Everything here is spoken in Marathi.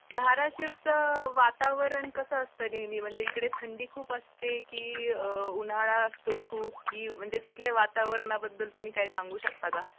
धाराशिवचं वातावरण कसं असतं नेहमी म्हणजे इकडे थंडी खूप असते की उन्हाळा असतो खूप की म्हणजे तिथल्या वातावरणाबद्दल तुम्ही काय सांगू शकता का